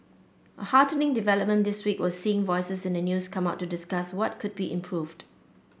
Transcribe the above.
a heartening development this week was seeing voices in the news come out to discuss what could be improved